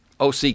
OC